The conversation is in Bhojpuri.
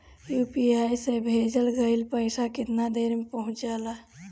यू.पी.आई से भेजल गईल पईसा कितना देर में पहुंच जाला?